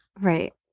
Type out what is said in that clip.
Right